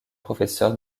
professeur